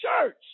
church